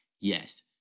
yes